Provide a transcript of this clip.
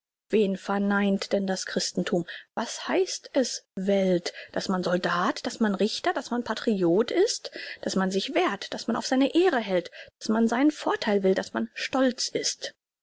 wen verneint denn das christentum was heißt es welt daß man soldat daß man richter daß man patriot ist daß man sich wehrt daß man auf seine ehre hält daß man seinen vortheil will daß man stolz ist